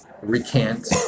recant